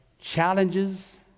challenges